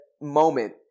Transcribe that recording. moment